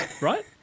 right